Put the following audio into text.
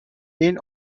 این